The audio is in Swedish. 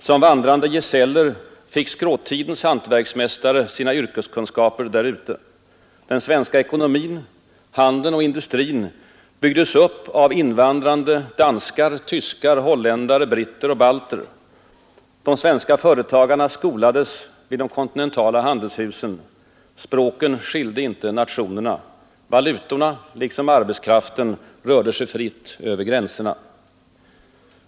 Som vandrande gesäller fick skråtidens hantverksmästare sina yrkeskunskaper där ute. Den svenska ekonomin — handeln och industrin — byggdes upp av invandrande danskar, tyskar, holländare, britter och balter. De svenska företagarna skolades vid de kontinentala handelshusen. Språken skilde inte nationerna. Valutorna — liksom arbetskraften — rörde sig fritt över gränserna.